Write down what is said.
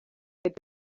but